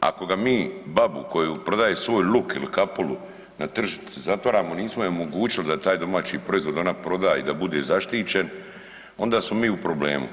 ako ga mi babu koja prodaje svoj luk ili kapulu na tržnici zatvaramo nismo joj omogućili da taj domaći proizvod ona proda i da bude zaštićen onda smo mi u problemu.